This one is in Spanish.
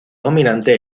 dominante